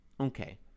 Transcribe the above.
Okay